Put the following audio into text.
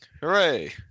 Hooray